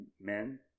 men